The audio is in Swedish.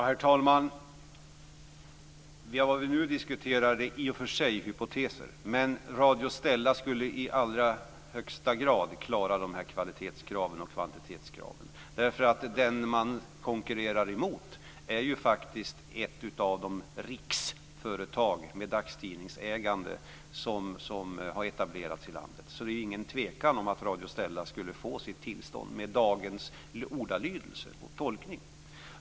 Herr talman! Nu diskuterar vi i och för sig hypoteser, men Radio Stella skulle i allra högsta grad klara de här kvalitetskraven och kvantitetskraven. Man konkurrerar ju faktiskt med ett av de riksföretag med dagstidningsägande som har etablerats i landet. Det är ingen tvekan om att Radio Stella skulle få sitt tillstånd med dagens ordalydelse och tolkning.